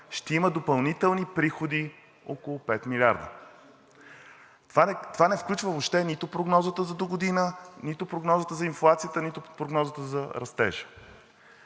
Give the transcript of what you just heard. ще има допълнителни приходи около 5 милиарда. Това не включва въобще нито прогнозата за догодина, нито прогнозата за инфлацията, нито прогнозата за растежа.